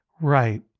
Right